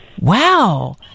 Wow